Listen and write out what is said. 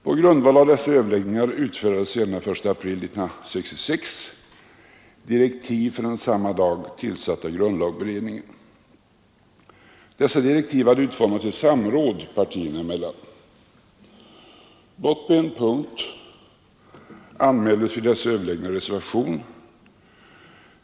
På grundval av dessa överläggningar utfärdades sedan den 1 april 1966 direktiv för den samma dag tillsatta grundlagberedningen. Dessa direktiv hade utformats i samråd partierna emellan. Blott på en punkt anmäldes vid dessa överläggningar reservation.